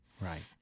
right